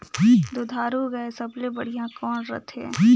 दुधारू गाय सबले बढ़िया कौन रथे?